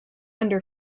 under